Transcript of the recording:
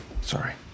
Sorry